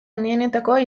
handienetakoa